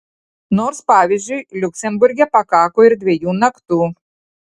nors pavyzdžiui liuksemburge pakako ir dviejų naktų